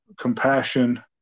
compassion